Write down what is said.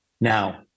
now